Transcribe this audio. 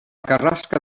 carrasca